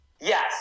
Yes